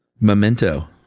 memento